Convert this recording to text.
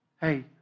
hey